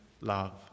love